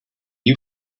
you